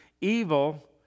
evil